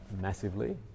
massively